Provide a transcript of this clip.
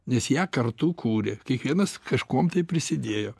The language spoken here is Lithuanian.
nes ją kartu kūrė kiekvienas kažkuom tai prisidėjo